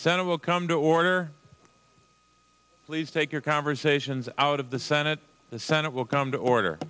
senate will come to order please take your conversations out of the senate the senate will come to order